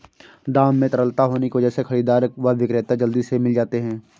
दाम में तरलता होने की वजह से खरीददार व विक्रेता जल्दी से मिल जाते है